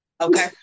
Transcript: Okay